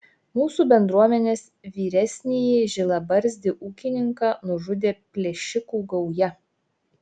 mūsų bendruomenės vyresnįjį žilabarzdį ūkininką nužudė plėšikų gauja